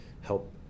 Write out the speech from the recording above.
help